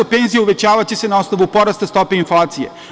Penzije će se uvećavati 50%, na osnovu porasta stope inflacije.